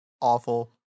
awful